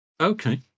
Okay